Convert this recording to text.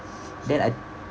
then I